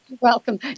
Welcome